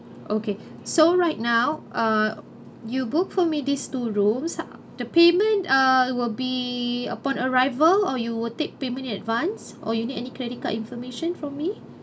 okay so right now uh you book for me these two rooms the payment uh will be upon arrival or you will take payment in advance or you need any credit card information from me